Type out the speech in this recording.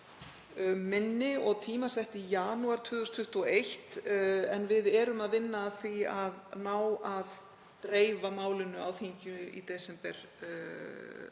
minni og tímasett í janúar 2021 en við erum að vinna að því að ná að dreifa málinu á þinginu í desember